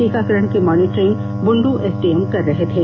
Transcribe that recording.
टीकाकरण की monitoring Bundu SDM कर रहे थे